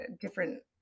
different